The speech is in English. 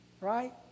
right